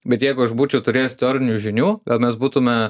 bet jeigu aš būčiau turėjęs teorinių žinių gal mes būtume